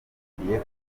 ikwiriye